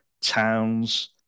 towns